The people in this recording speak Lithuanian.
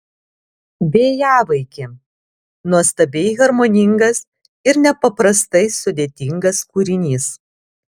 vėjavaikė nuostabiai harmoningas ir nepaprastai sudėtingas kūrinys